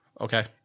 okay